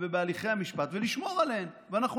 שאסור